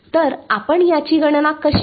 तर आपण याची गणना कशी कराल